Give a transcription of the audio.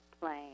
plane